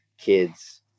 kids